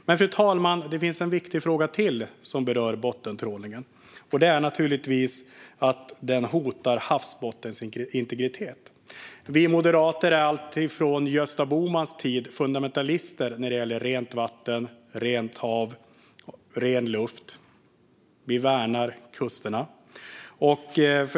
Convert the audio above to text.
Men, fru talman, det finns en viktig fråga till som berör bottentrålningen, och det är naturligtvis att den hotar havsbottnens integritet. Vi moderater är alltsedan Gösta Bohmans tid fundamentalister när det gäller rent vatten, rent hav och ren luft. Vi värnar kusterna.